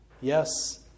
Yes